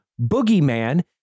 boogeyman